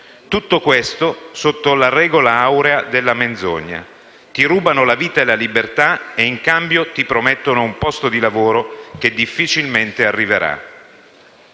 Tutto questo sotto la regola aurea della menzogna. Ti rubano la vita e la libertà e, in cambio, ti promettono un posto di lavoro che difficilmente arriverà.